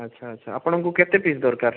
ଆଚ୍ଛା ଆଚ୍ଛା ଆପଣଙ୍କୁ କେତେ ପିସ୍ ଦରକାର